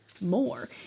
more